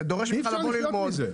זה דורש ממך לבוא ללמוד,